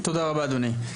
תודה רבה אדוני.